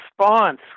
response